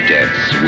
Death's